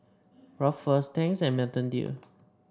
Ruffles Tangs and Mountain Dew